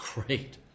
great